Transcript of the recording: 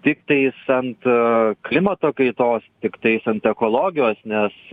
tiktais ant klimato kaitos tik taisant ekologijos nes